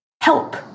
help